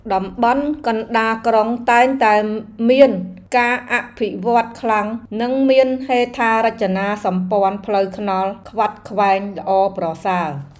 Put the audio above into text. តំបន់កណ្តាលក្រុងតែងតែមានការអភិវឌ្ឍខ្លាំងនិងមានហេដ្ឋារចនាសម្ព័ន្ធផ្លូវថ្នល់ខ្វាត់ខ្វែងល្អប្រសើរ។